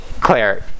Claire